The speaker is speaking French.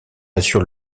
assure